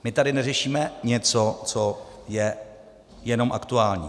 My tady neřešíme něco, co je jenom aktuální.